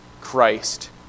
Christ